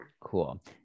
Cool